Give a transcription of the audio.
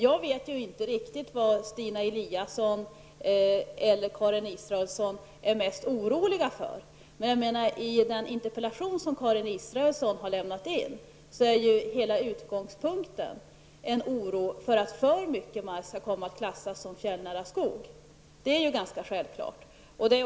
Jag vet inte riktigt vad Stina Eliasson och Karin Israelsson är mest oroliga för. I Karin Israelssons interpellation är hela utgångspunkten en oro för att alltför mycket mark skall komma att klassas som fjällnära skog. Det är självklart.